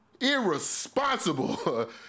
Irresponsible